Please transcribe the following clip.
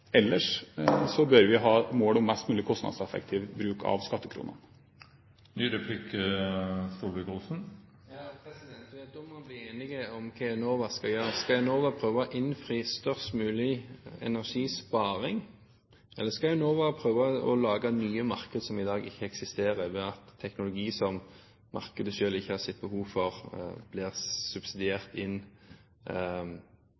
Ellers bør vi ha et mål om mest mulig kostnadseffektiv bruk av skattekronene. Da må vi bli enige om hva Enova skal gjøre. Skal Enova prøve å innfri størst mulig energisparing? Eller skal Enova prøve å lage nye markeder som i dag ikke eksisterer, ved at teknologi som markedet selv ikke har sett behov for, blir